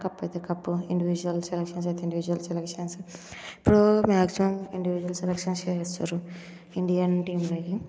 cup అయితే cup individual selections అయితే individuals selections maximum individual సెలక్షన్సే చేస్తారు ఇండియన్ టీం అయితే